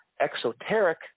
exoteric